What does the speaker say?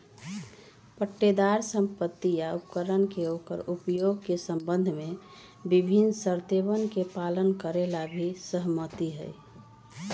पट्टेदार संपत्ति या उपकरण के ओकर उपयोग के संबंध में विभिन्न शर्तोवन के पालन करे ला भी सहमत हई